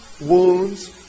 wounds